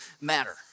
matter